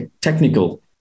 technical